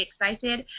excited